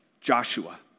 Joshua